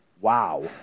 Wow